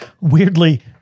weirdly